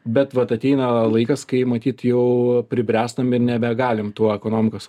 bet vat ateina laikas kai matyt jau pribręstam ir nebegalim tuo ekonomikos